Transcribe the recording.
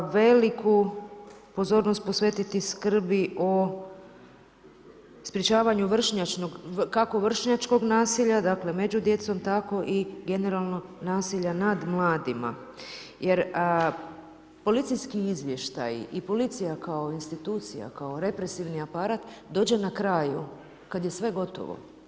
Veliku pozornost posvetiti skrbi o sprečavanju kako vršnjačkog nasilja, dakle među djecom, tako i generalno nasilja nad mladima jer policijski izvještaji i policija kao institucija, kao represivni aparat dođe na kraju kad je sve gotovo.